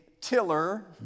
tiller